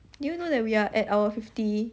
you know that we are at our fifty